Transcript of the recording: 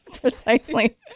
Precisely